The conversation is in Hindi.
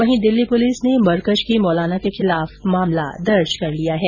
वही दिल्ली पुलिस ने मरकज के मोलाना के खिलाफ मामला दर्ज कर लिया है